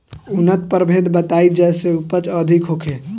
उन्नत प्रभेद बताई जेसे उपज अधिक होखे?